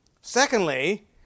Secondly